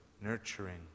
nurturing